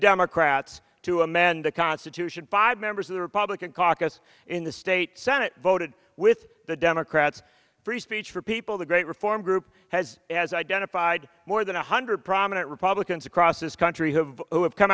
democrats to amend the constitution five members of the republican caucus in the state senate voted with the democrats free speech for people the great reform group has as identified more than one hundred prominent republicans across this country who have come